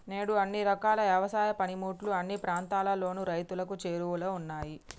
నేడు అన్ని రకాల యవసాయ పనిముట్లు అన్ని ప్రాంతాలలోను రైతులకు చేరువలో ఉన్నాయి